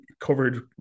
covered